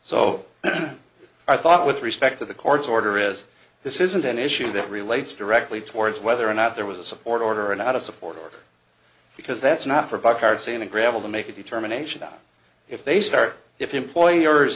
so i thought with respect to the court's order is this isn't an issue that relates directly towards whether or not there was a support order and not a supporter because that's not for buckhart say in the gravel to make a determination that if they start if employers